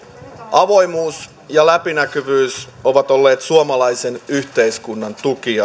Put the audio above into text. avoimuus ja läpinäkyvyys ovat olleet suomalaisen yhteiskunnan tukijalka